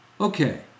Okay